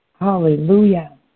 Hallelujah